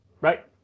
right